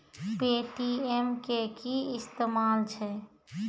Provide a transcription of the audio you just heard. Paytm के कि इस्तेमाल छै?